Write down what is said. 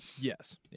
Yes